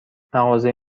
مغازه